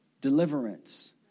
Deliverance